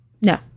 No